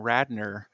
Radner